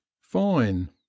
fine